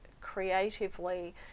creatively